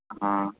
ہاں